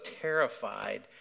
terrified